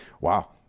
Wow